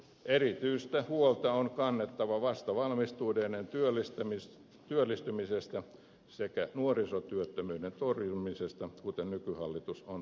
erityistä huolta on kannettava vastavalmistuneiden työllistymisestä sekä nuorisotyöttömyyden torjumisesta kuten nykyhallitus on tehnytkin